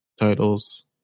titles